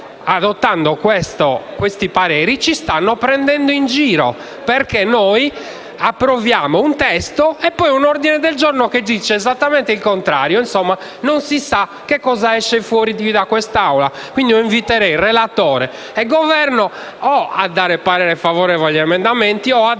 formulando quei pareri, ci stanno prendendo in giro, perché noi approviamo un testo e poi un ordine del giorno che afferma esattamente il contrario. Quindi, non si sa cosa uscirà fuori da quest'Aula. Invito pertanto il relatore e il Governo a esprimere parere favorevole sugli emendamenti o a dare